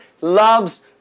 loves